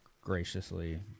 graciously